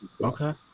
Okay